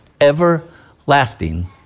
everlasting